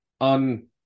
On